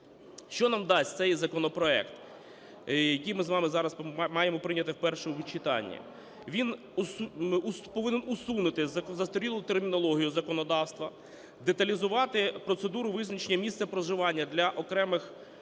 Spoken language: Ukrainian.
Що нам дасть цей законопроект, яким ми з вами зараз маємо прийняти в першому читанні. Він повинен усунути застарілу термінологію законодавства, деталізувати процедуру визначення місця проживання для окремих